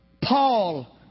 Paul